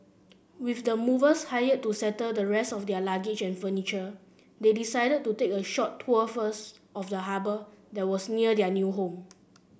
with the movers hired to settle the rest of their luggage and furniture they decided to take a short tour first of the harbour that was near their new home